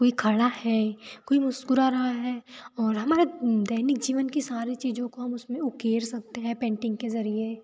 कोई खड़ा है कोई मुस्कुरा रहा है और हमारे दैनिक जीवन की सारी चीज़ों को हम उसमें उकेर सकते हैं पेंटिंग के ज़रिए